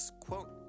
quote